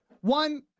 one